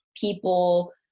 people